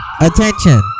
attention